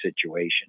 situation